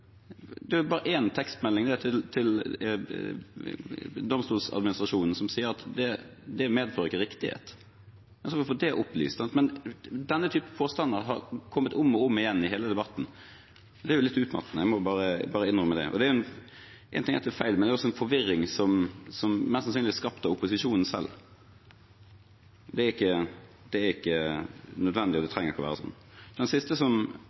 tekstmelding til Domstoladministrasjonen vil vise at det ikke medfører riktighet. Så blir man opplyst om det. Denne typen påstander har kommet igjen og igjen i hele debatten. Det er litt utmattende. Jeg må bare innrømme det. Én ting er at det er feil, men det er også en forvirring som mest sannsynlig er skapt av opposisjonen selv. Det er ikke nødvendig, det trenger ikke å være slik. Den siste som